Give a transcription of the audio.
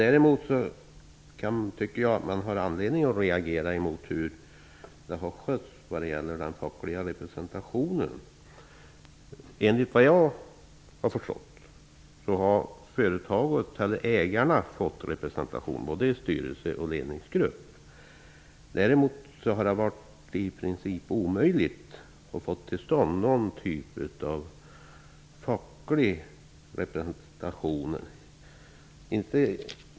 Däremot tycker jag att det finns anledning att rea gera mot det sätt på vilket affären har skötts när det gäller den fackliga representationen. Enligt vad jag har förstått, har ägarna fått re presentation både i styrelse och i ledningsgrupp. Däremot har det varit i princip omöjligt att få till stånd någon typ av facklig representation.